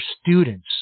students